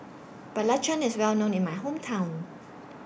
Belacan IS Well known in My Hometown